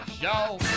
Show